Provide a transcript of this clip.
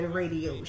radio